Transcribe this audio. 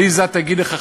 עליזה תגיד לך,